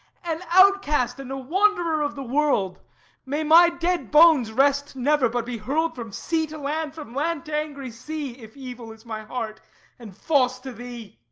an outcast and a wanderer of the world may my dead bones rest never, but be hurled from sea to land, from land to angry sea, if evil is my heart and false to thee!